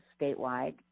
statewide